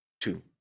two